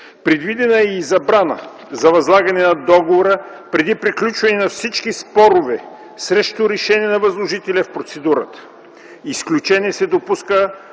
Предвидена е и забрана за възлагане на договора преди приключване на всички спорове срещу решения на възложителя в процедурата. Изключение се допуска